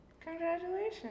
Congratulations